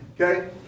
Okay